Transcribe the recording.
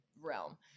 realm